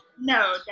No